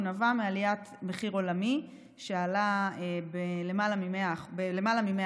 הוא נבע מעליית מחיר עולמי, שעלה בלמעלה מ-100%.